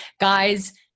Guys